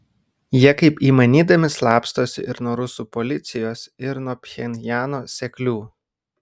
jie kaip įmanydami slapstosi ir nuo rusų policijos ir nuo pchenjano seklių